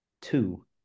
two